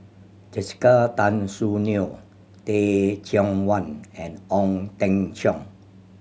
Jessica Tan Soon Neo Teh Cheang Wan and Ong Teng Cheong